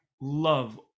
love